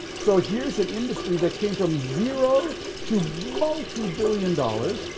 so here's an industry that came from zero to multi-billion dollars.